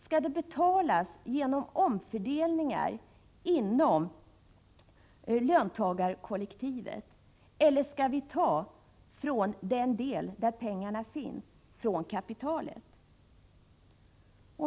Skall betalningen ske genom omfördelningar inom löntagarkollektivet eller skall man ta från den del där pengarna finns, från kapitalet?